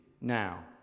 now